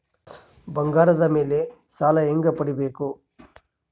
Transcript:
ಬಂಗಾರದ ಮೇಲೆ ಸಾಲ ಹೆಂಗ ಪಡಿಬೇಕು?